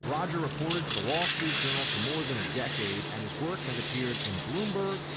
roger reported for the wall street journal for more than a decade and his work has appeared in bloomberg,